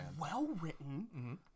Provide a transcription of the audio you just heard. well-written